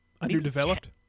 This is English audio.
Underdeveloped